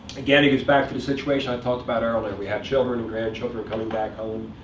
again, it goes back to the situation i talked about earlier. we have children and grandchildren coming back home